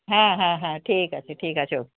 হ্যাঁ হ্যাঁ হ্যাঁ ঠিক আছে ঠিক আছে ও